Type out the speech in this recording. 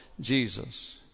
Jesus